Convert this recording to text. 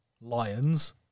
Lions